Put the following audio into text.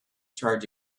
charge